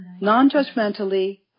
non-judgmentally